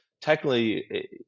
technically